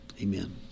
Amen